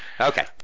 Okay